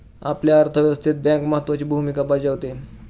आपल्या अर्थव्यवस्थेत बँक महत्त्वाची भूमिका बजावते